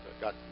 got